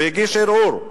והגיש ערעור.